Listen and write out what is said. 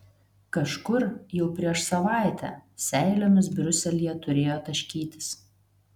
kažkur jau prieš savaitę seilėmis briuselyje turėjo taškytis